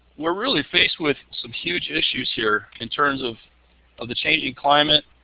we are really faced with some huge issues here in terms of of the changing climate.